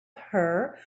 her